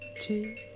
two